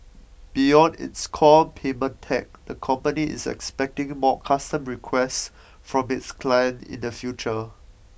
beyond its core payment tech the company is expecting more custom requests from its clients in the future